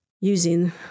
using